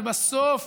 ובסוף,